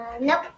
nope